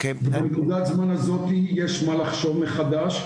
בנקודת הזמן הזאת יש מה לחשוב מחדש,